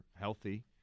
healthy